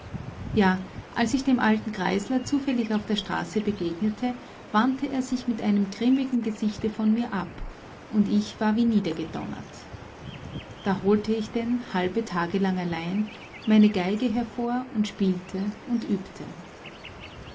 ja als ich dem alten griesler zufällig auf der straße begegnete wandte er sich mit einem grimmigen gesichte von mir ab und ich war wie niedergedonnert da holte ich denn halbe tage lang allein meine geige hervor und spielte und übte